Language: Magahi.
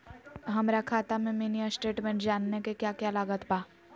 हमरा खाता के मिनी स्टेटमेंट जानने के क्या क्या लागत बा?